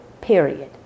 period